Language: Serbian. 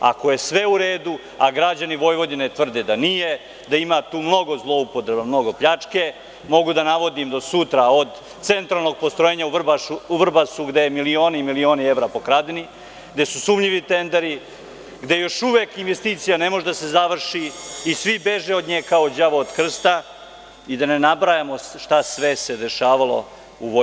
Ako je sve u redu, a građani Vojvodine tvrde da nije, da ima tu mnogo zloupotreba, mnogo pljačke, mogu da navodim do sutra, od centralnog postrojenja u Vrbasu, gde su milioni i milioni evra pokradeni, gde su sumnjivi tenderi, gde još uvek investicija ne može da se završi i svi beže od nje kao đavo od krsta i da ne nabrajamo šta se sve dešavalo u Vojvodini.